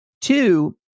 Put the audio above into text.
Two